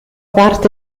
parte